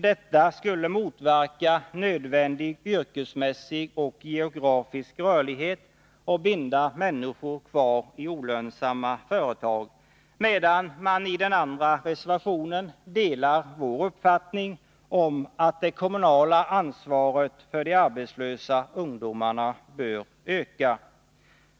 Detta skulle motverka nödvändig yrkesmässig och geografisk rörlighet och binda människor kvar i olönsamma företag.” I den andra reservationen däremot delar man vår uppfattning att det kommunala ansvaret för de arbetslösa ungdomarna bör öka.